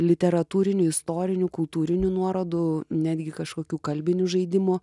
literatūrinių istorinių kultūrinių nuorodų netgi kažkokių kalbinių žaidimų